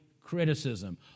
criticism